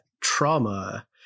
trauma